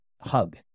hug